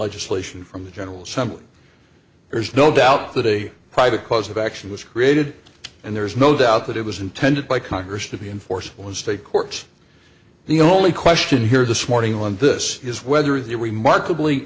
legislation from the general assembly there's no doubt that a private cause of action was created and there's no doubt that it was intended by congress to be enforceable in state courts the only question here this morning on this is whether the remarkably